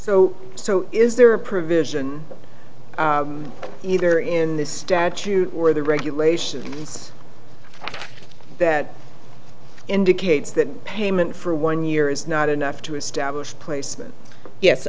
so so is there a provision either in the statute or the regulations that indicates that payment for one year is not enough to establish placement yes